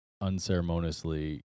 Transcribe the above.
unceremoniously